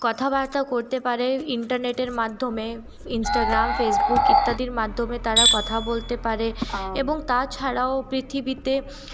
কথা বার্তা করতে পারে ইন্টারনেটের মাধ্যমে ইনস্ট্রাগ্রাম ফেসবুক ইত্যাদির মাধ্যমে তারা কথা বলতে পারে এবং তাছাড়াও পৃথিবীতে